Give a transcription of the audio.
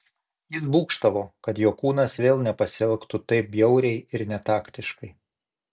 jis būgštavo kad jo kūnas vėl nepasielgtų taip bjauriai ir netaktiškai